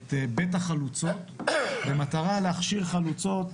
את בית החלוצות, במטרה להכשיר חלוצות,